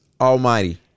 almighty